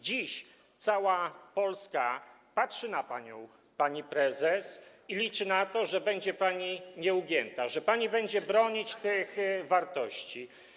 Dziś cała Polska patrzy na panią, pani prezes, i liczy na to, że będzie pani nieugięta, że będzie pani bronić tych wartości.